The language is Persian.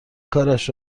کارش